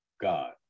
God